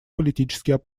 политический